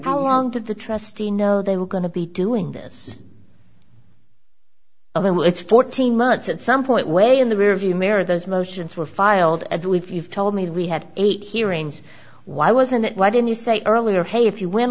along to the trustee know they were going to be doing this although it's fourteen months at some point way in the rearview mirror those motions were filed at the if you've told me that we had eight hearings why wasn't it why didn't you say earlier hey if you win